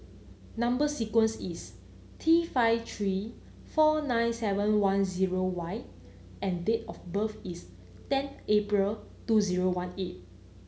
number sequence is T five three four nine seven one zero Y and date of birth is ten April two zero one eight